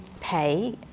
pay